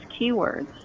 keywords